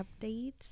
updates